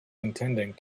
intending